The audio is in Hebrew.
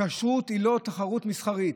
כשרות היא לא תחרות מסחרית